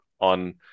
on